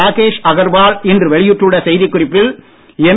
ராகேஷ் அகர்வால் இன்று வெளியிட்டுள்ள செய்தி குறிப்பில் எம்